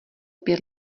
pět